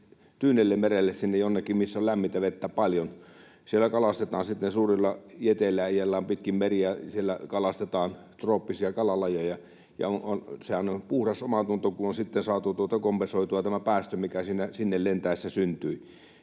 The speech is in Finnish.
Tyynellemerelle, sinne jonnekin, missä on lämmintä vettä paljon. Siellä sitten kalastetaan, suurilla jeteillä ajellaan pitkin meriä, kalastetaan trooppisia kalalajeja. Ja sehän on puhdas omatunto, kun on sitten saatu kompensoitua tämä päästö, mikä sinne lennettäessä syntyi.